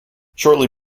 shortly